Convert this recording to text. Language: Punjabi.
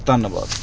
ਧੰਨਵਾਦ